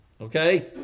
okay